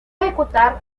ejecutar